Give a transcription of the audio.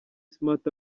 smart